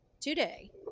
today